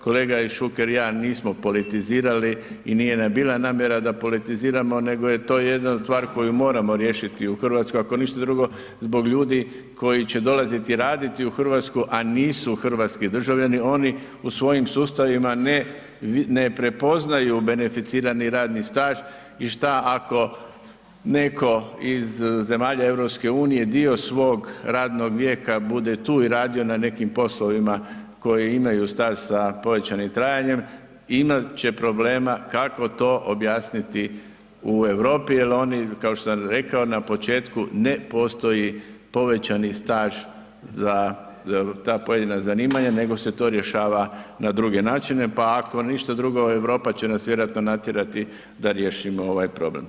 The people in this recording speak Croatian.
Kolega Šuker i ja nismo politizirali i nije nam bila namjera da politiziramo nego je jedna stvar koju moramo riješiti u Hrvatskoj ako ništa drugo zbog ljudi koji će dolaziti raditi u Hrvatsku, a nisu hrvatski državljani, oni u svojim sustavima ne prepoznaju beneficirani radni staž i šta ako netko iz zemalja EU dio svog radnog vijeka bude tu i radio na nekim poslovima koji imaju staž sa povećanim trajanjem imat će problema kako to objasniti u Europi jer oni kao što sam rekao na početku ne postoji povećani staž za ta pojedina zanimanja nego se to rješava na druge načine, pa ako ništa drugo Europa će nas vjerojatno natjerati da riješimo ovaj problem.